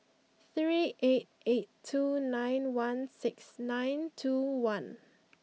three eight eight two nine one six nine two one